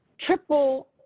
triple